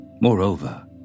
Moreover